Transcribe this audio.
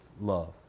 love